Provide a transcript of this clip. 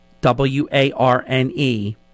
W-A-R-N-E